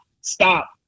stop